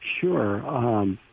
Sure